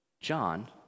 John